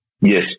yes